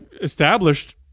established